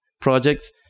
projects